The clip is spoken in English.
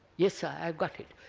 yes sir, i have got it.